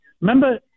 Remember